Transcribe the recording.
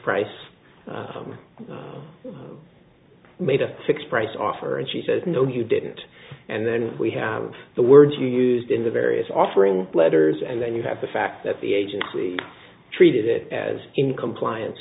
price home made a fixed price offer and she says no you didn't and then we have the words you used in the various offering letters and then you have the fact that the agency treated it as in compliance